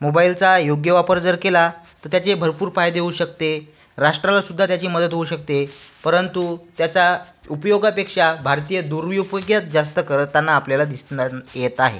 मोबाईलचा योग्य वापर जर केला त त्याचे भरपूर फायदे होऊ शकते राष्ट्रालासुद्धा त्याची मदत होऊ शकते परंतु त्याचा उपयोगापेक्षा भारतीय दुरुपयोगच जास्त करताना आपल्याला दिसण्यात येत आहे